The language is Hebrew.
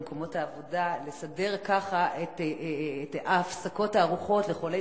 במקומות העבודה לסדר ככה את הפסקות הארוחות לחולי